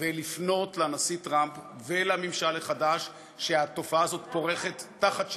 ולפנות לנשיא טראמפ ולממשל החדש שהתופעה הזו פורחת תחת שלטונו,